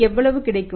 எவ்வளவு கிடைக்கும்